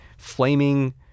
Flaming